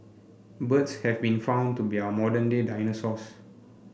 birds have been found to be our modern day dinosaurs